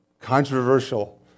controversial